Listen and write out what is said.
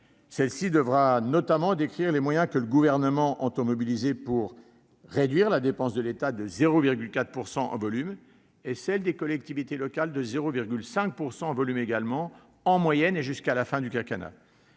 Ce texte devra notamment décrire les moyens que le Gouvernement entend mobiliser pour réduire la dépense de l'État de 0,4 % en volume et celle des collectivités locales de 0,5 % en volume, en moyenne, jusqu'à la fin du quinquennat.